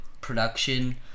production